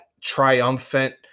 triumphant